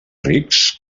rics